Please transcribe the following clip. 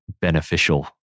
beneficial